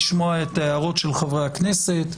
לשמוע את ההערות של חברי הכנסת,